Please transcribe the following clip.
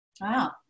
Wow